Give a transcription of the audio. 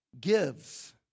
gives